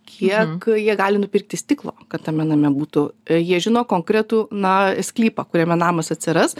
kiek jie gali nupirkti stiklo kad tame name būtų jie žino konkretų na sklypą kuriame namas atsiras